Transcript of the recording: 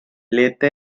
leyte